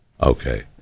Okay